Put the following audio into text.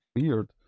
weird